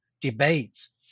debates